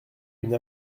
une